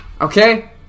Okay